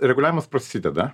reguliavimas prasideda